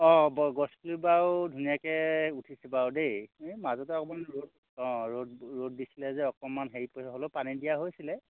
অ' গছপুলি বাৰু ধুনীয়াকৈ উঠিছে বাৰু দেই এই মাজতে অকণমান ৰ'দ অঁ ৰ'দ ৰ'দ দিছিলে যে অকণমান হেৰিত পৰি হ'লেও পানী দিয়া হৈছিলে